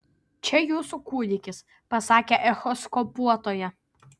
čia jūsų kūdikis pasakė echoskopuotoja